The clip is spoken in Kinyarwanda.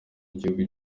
gihugu